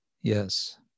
Yes